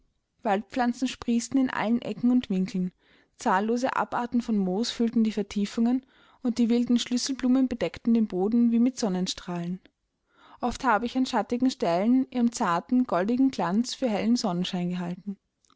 zurückgegeben waldpflanzen sprießten in allen ecken und winkeln zahllose abarten von moos füllten die vertiefungen und die wilden schlüsselblumen bedeckten den boden wie mit sonnenstrahlen oft habe ich an schattigen stellen ihren zarten goldigen glanz für hellen sonnenschein gehalten